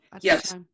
Yes